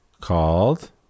called